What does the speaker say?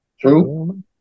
True